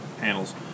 panels